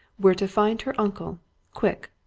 we're to find her uncle quick.